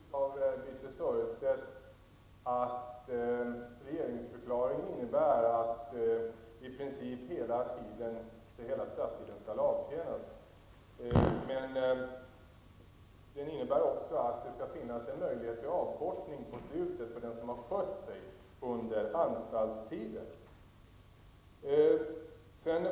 Herr talman! Det är riktigt tolkat av Birthe Sörestedt att regeringsförklaringen innebär att i princip hela strafftiden skall avtjänas. Men den innebär också att det skall finnas en möjlighet till avkortning på slutet för den som har skött sig under anstaltstiden.